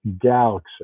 Galaxy